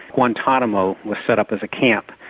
guantanamo was set up as a camp.